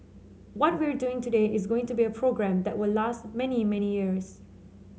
what we're doing today is going to be a program that will last many many years